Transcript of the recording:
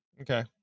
Okay